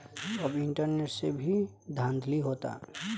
अब इंटरनेट से भी धांधली होता